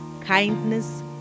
kindness